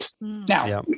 Now